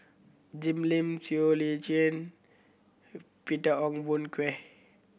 Jim Lim Siow Lee Chin Peter Ong Boon Kwee